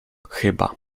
chyba